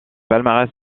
palmarès